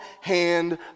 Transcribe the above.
hand